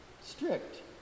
strict